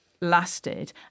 lasted